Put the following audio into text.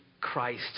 Christ